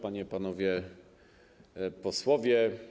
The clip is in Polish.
Panie i Panowie Posłowie!